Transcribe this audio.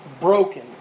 broken